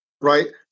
Right